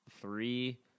three